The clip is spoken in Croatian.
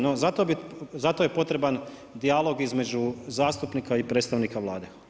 No zato je potreban dijalog između zastupnika i predstavnika Vlade.